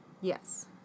Yes